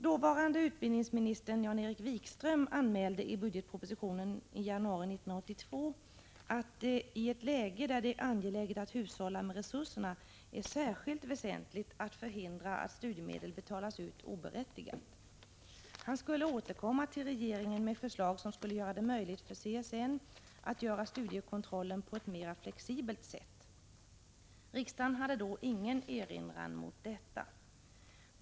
Dåvarande utbildningsministern Jan-Erik Wikström anmälde i budgetpropositionen 1982 att det i ett läge där det är angeläget att hushålla med resurserna är särskilt viktigt att förhindra att studiemedel betalas ut oberättigat. Han skulle återkomma till regeringen med förslag som skulle göra det möjligt för CSN att göra studiekontrollen på ett mera flexibelt sätt. Riksdagen hade då ingen erinran mot detta.